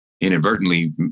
Inadvertently